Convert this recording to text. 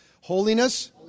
Holiness